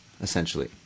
essentially